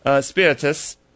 spiritus